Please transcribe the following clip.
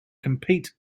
compete